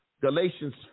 galatians